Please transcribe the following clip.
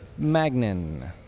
Magnin